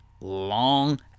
long